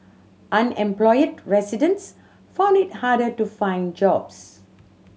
unemployed residents found it harder to find jobs